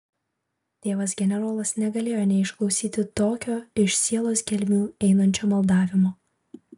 tėvas generolas negalėjo neišklausyti tokio iš sielos gelmių einančio maldavimo